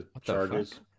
charges